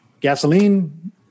gasoline